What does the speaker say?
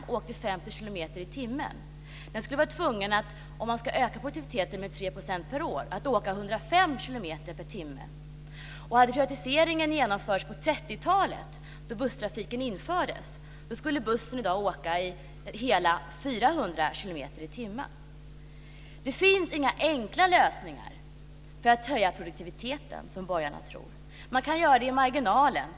Låt mig ta upp en annan offentlig verksamhet, nämligen kollektivtrafiken. Om en buss 1950 kördes i Det finns inga enkla lösningar för att höja produktiviteten, som borgarna tror. Man kan göra det i marginalen.